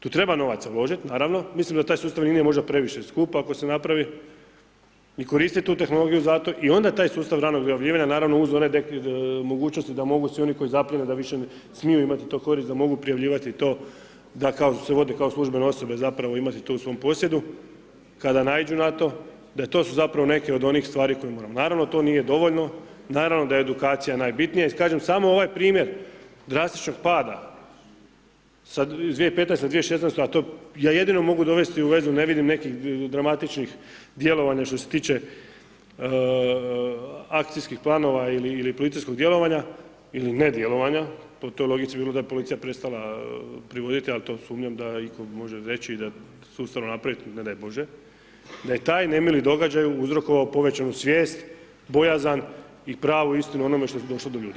Tu treba novaca uložit, naravno, mislim da taj sustav nije možda previše i skup ako se napravi i koristit tu tehnologiju zato i onda taj sustav ranog objavljivanja naravno uz one mogućnosti da mogu svi oni koji zapljene, da više smiju imati tu korist, da mogu prijavljivati to da kao se vodi kao službene osobe zapravo imati to su svom posjedu kada naiđu na to, da to su zapravo neke od onih stari kojima naravno to nije dovoljno, naravno da je edukacija najbitnija i kažem samo ovaj primjer drastičnog pada sa 2015. na 2016. a to ja jedino mogu dovesti u vezu, ne vidim nekih dramatičnih djelovanja što se tiče akcijskih plana ili policijskog djelovanja ili nedjelovanja, po toj logici bi bilo da je policija prestala privoditi ali to sumnjam da itko može i sustavno napravi da ne može, da je taj nemili događaj uzrokovao povećanu svijest, bojazan i pravu istinu o onome što je došlo do ljudi.